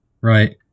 right